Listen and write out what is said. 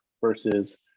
versus